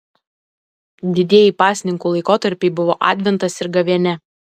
didieji pasninkų laikotarpiai buvo adventas ir gavėnia